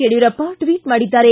Yediyurappa tweet ಮಾಡಿದ್ದಾರೆ